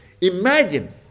Imagine